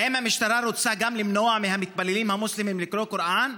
האם המשטרה רוצה גם למנוע מהמתפללים המוסלמים לקרוא קוראן?